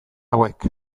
hauek